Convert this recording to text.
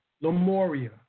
Lemuria